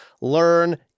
Learn